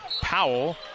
Powell